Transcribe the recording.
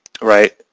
right